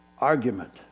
argument